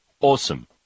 Awesome